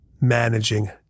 managing